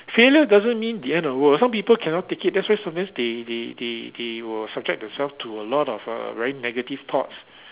failure doesn't mean the end of the world some people cannot take it that's why sometimes they they they they will subject themselves to a lot of uh very negative thoughts